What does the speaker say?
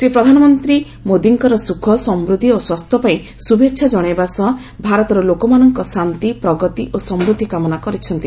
ସେ ପ୍ରଧାନମନ୍ତ୍ରୀ ମୋଦିଙ୍କର ସୁଖ ସମୃଦ୍ଧି ଓ ସ୍ୱାସ୍ଥ୍ୟ ପାଇଁ ଶୁଭେଚ୍ଛା ଜଣାଇବା ସହ ଭାରତର ଲୋକମାନଙ୍କ ଶାନ୍ତି ପ୍ରଗତି ଓ ସମୃଦ୍ଧି କାମନା କରିଛି